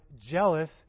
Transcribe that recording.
jealous